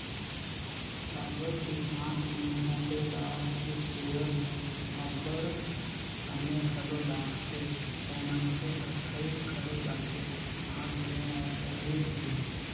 काबर कि हांथ में ओंटेदार इस्पेयर में अब्बड़ समे घलो लागथे अउ मइनसे हर थइक घलो जाथे हांथ ले ओंटई में